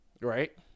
right